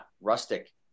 rustic